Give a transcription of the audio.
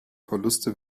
verluste